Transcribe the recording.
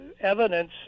evidence